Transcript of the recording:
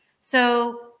So-